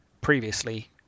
previously